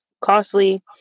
costly